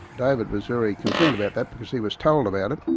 david was very concerned about that because he was told about it,